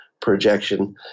projection